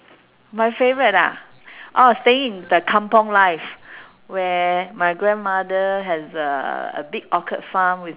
my favourite ah oh staying in the kampung life where my grandmother has a a big orchid farm with